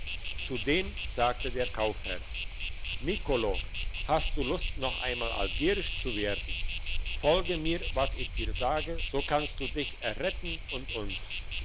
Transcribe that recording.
zu dem sagte der kaufherr nicolo hast du lust noch einmal algierisch zu werden folge mir was ich dir sage so kannst du dich erretten und uns